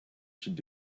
should